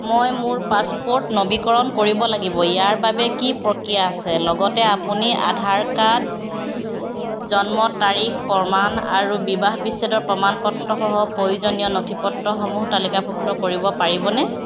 মই মোৰ পাছপোৰ্ট নৱীকৰণ কৰিব লাগিব ইয়াৰ বাবে কি প্ৰক্ৰিয়া আছে লগতে আপুনি আধাৰ কাৰ্ড জন্ম তাৰিখ প্ৰমাণ আৰু বিবাহ বিচ্ছেদৰ প্ৰমাণপত্ৰ সহ প্ৰয়োজনীয় নথিপত্ৰসমূহ তালিকাভুক্ত কৰিব পাৰিবনে